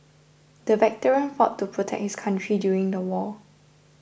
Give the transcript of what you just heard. the veteran fought to protect his country during the war